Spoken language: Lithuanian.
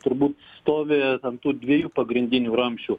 turbūt stovi ant tų dviejų pagrindinių ramsčių